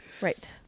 Right